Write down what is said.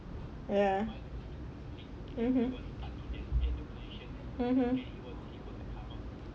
ya (uh huh)